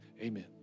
amen